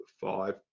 five